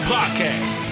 Podcast